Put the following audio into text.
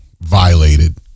violated